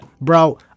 bro